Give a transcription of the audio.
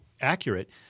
accurate